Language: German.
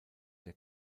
der